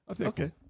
Okay